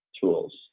tools